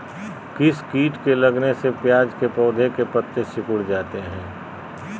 किस किट के लगने से प्याज के पौधे के पत्ते सिकुड़ जाता है?